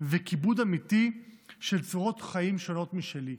וכיבוד אמיתי של צורות חיים שונות משלי,